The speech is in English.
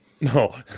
no